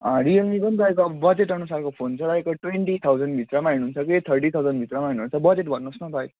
रियलमीको पनि तपाईँको अब बजेटअनुसारको फोन छ तपाईँको ट्वेन्टी थाउजन्डभित्रमा हेर्नुहुन्छ कि थर्टी थाउजन्डको भित्र हेर्नुहुन्छ कि बजेट भन्नुहोस् न त है